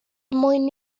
mwyn